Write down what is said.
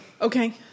Okay